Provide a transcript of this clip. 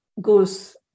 goes